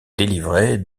délivrait